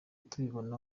tubibona